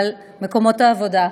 אבל מקומות העבודה,